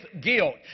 guilt